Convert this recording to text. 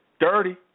dirty